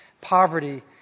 poverty